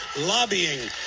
lobbying